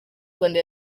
rwanda